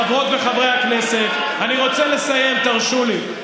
חברות וחברי הכנסת, אני רוצה לסיים, תרשו לי.